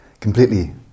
Completely